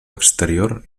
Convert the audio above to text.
exterior